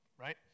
Right